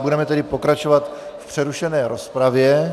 Budeme tedy pokračovat v přerušené rozpravě.